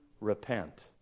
repent